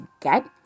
get